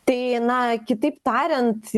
tai na kitaip tariant